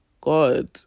God